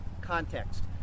context